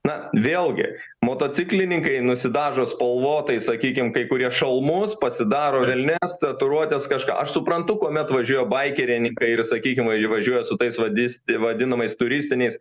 na vėlgi motociklininkai nusidažo spalvotais sakykime kai kurie šalmus pasidaro delne tatuiruotes kažką aš suprantu kuomet važiuoja baikerininkai ir sakykime įvažiuoja su tais vadisti vadinamais turistiniais